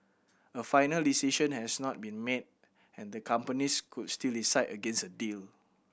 a final decision has not been made and the companies could still decide against a deal